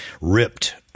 ripped